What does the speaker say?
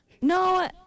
No